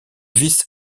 vice